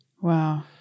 Wow